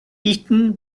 eaten